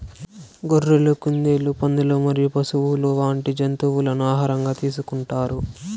గొర్రెలు, కుందేళ్లు, పందులు మరియు పశువులు వంటి జంతువులను ఆహారంగా తీసుకుంటారు